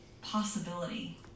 Possibility